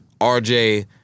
rj